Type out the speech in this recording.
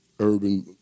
urban